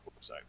website